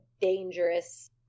dangerous